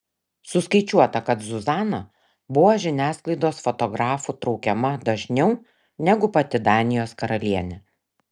suskaičiuota kad zuzana buvo žiniasklaidos fotografų traukiama dažniau negu pati danijos karalienė